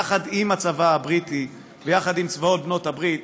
יחד עם הצבא הבריטי ויחד עם צבאות בעלות הברית,